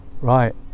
right